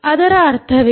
ಅದರ ಅರ್ಥವೇನು